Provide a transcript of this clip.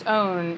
own